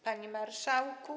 Panie Marszałku!